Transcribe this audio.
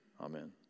Amen